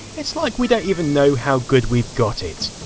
it's like we don't even know how good we've got it!